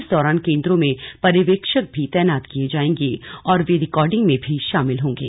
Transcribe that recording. इस दौरान केंद्रों में पर्यवेक्षक भी तैनात किए जाएंगे और वे रिकॉर्डिंग में भी शामिल होंगे